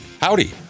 Howdy